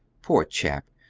poor chap!